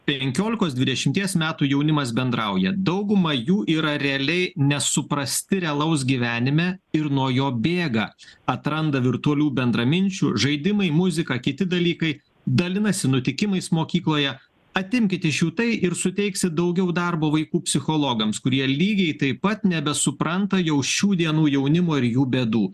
penkiolikos dvidešimties metų jaunimas bendrauja dauguma jų yra realiai nesuprasti realaus gyvenime ir nuo jo bėga atranda virtualių bendraminčių žaidimai muzika kiti dalykai dalinasi nutikimais mokykloje atimkit iš jų tai ir suteiksit daugiau darbo vaikų psichologams kurie lygiai taip pat nebesupranta jau šių dienų jaunimo ir jų bėdų